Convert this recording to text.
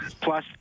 plus